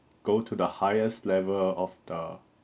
go to the highest level of the